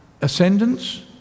ascendance